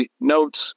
notes